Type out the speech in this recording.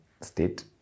state